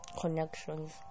connections